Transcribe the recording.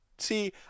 see